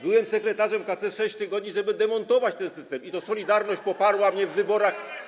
Byłem sekretarzem KC 6 tygodni, żeby demontować ten system, i to „Solidarność” poparła mnie w wyborach.